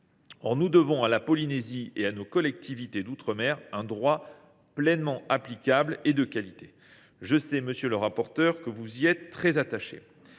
Or nous devons à la Polynésie et à nos collectivités d’outre mer un droit pleinement applicable et de qualité. Je sais que vous y êtes très attaché,